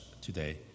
today